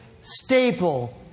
staple